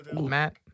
Matt